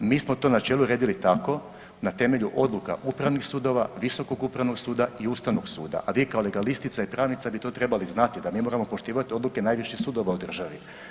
Mi smo to načelo uredili tako na temelju odluka upravnih sudova, Visokog upravnog suda i Ustavnog suda, a vi kao legalistica i pravnica bi to trebali znati, da mi moramo poštivati odluke najviših sudova u državi.